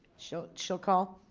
she'll she'll call?